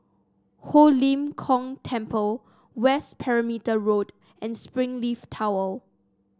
Ho Lim Kong Temple West Perimeter Road and Springleaf Tower